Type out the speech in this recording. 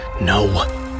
No